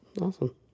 Awesome